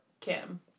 Kim